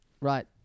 Right